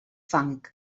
fang